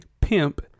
pimp